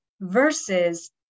versus